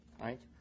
right